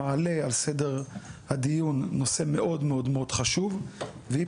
מעלה על סדר הדיון נושא מאוד מאוד מאוד חשוב והיא